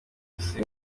musi